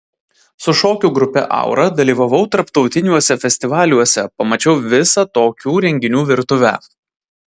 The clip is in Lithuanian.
su šokių grupe aura dalyvavau tarptautiniuose festivaliuose pamačiau visą tokių renginių virtuvę